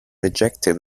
ejected